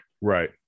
Right